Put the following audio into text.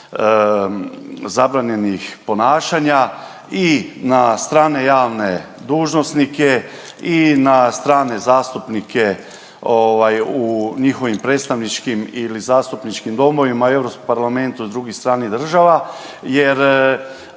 i na strane javne dužnosnike i na strane zastupnike ovaj u njihovim predstavničkim ili zastupničkim domovima i Europskom parlamentu drugih stranih država jer